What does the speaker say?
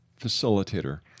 facilitator